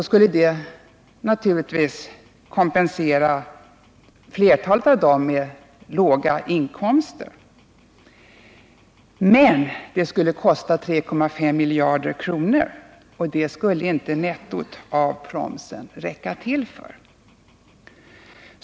skulle det naturligtvis kompensera flertalet av dem med låga inkomster, men det skulle kosta 3,5 miljarder kronor, och det skulle inte nettot av promsen räcka till för.